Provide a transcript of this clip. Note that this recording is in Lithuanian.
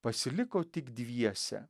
pasiliko tik dviese